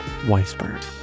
Weisberg